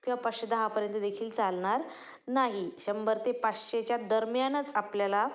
किंवा पाचशे दहापर्यंत देखील चालणार नाही शंभर ते पाचशेच्या दरम्यानच आपल्याला